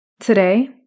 Today